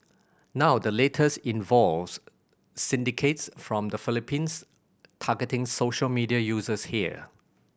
now the latest involves syndicates from the Philippines targeting social media users here